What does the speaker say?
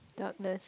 doubtless